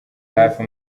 hafi